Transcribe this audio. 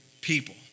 people